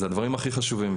אלה הדברים הכי חשובים.